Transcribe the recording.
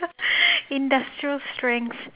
industrial strength